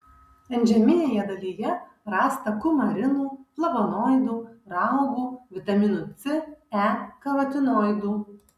antžeminėje dalyje rasta kumarinų flavonoidų raugų vitaminų c e karotinoidų